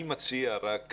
אני מציע, אדוני,